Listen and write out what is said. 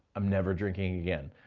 i'm never drinking again?